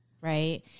right